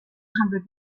hundred